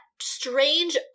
strange